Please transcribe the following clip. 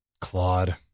Claude